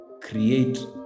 create